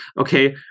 okay